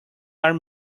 are